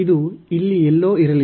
ಇದು ಇಲ್ಲಿ ಎಲ್ಲೋ ಇರಲಿದೆ